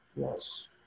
Yes